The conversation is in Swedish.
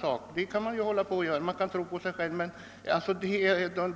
Ja, det kan man hålla på att göra; man kan tro på sig själv. Men